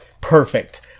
Perfect